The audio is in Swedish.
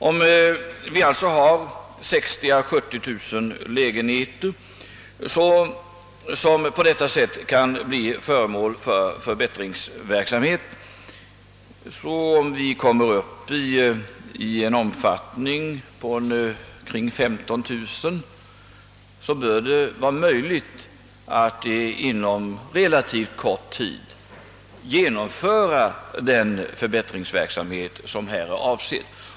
Om alltså 60 000-—70 000 lägenheter på detta sätt kan förbättras och om vi kommer upp i en långivning avseende cirka 15000 per år, så bör 'det vara möjligt att inom relativt kort tid genomföra den förbättringsverksamhet som här är avsedd.